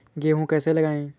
गेहूँ कैसे लगाएँ?